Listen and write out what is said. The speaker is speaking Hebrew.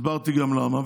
הסברתי גם למה,